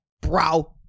Bro